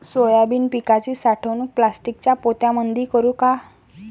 Soybean पिकाची साठवणूक प्लास्टिकच्या पोत्यामंदी करू का?